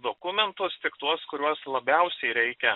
dokumentus tik tuos kuriuos labiausiai reikia